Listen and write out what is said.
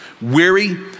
Weary